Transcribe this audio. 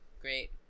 Great